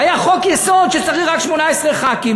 והיה חוק-יסוד שצריך רק 18 חברי כנסת,